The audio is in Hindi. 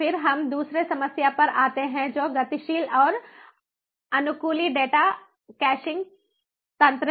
फिर हम दूसरी समस्या पर आते हैं जो गतिशील और अनुकूली डेटा कैशिंग तंत्र है